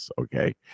Okay